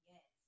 Yes